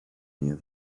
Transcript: near